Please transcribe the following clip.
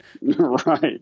Right